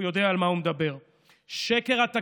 מביאה לכנסת